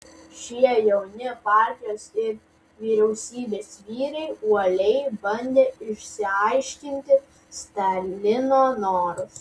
šie jauni partijos ir vyriausybės vyrai uoliai bandė išsiaiškinti stalino norus